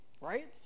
right